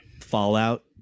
Fallout